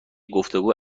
گفتگو